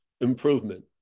improvement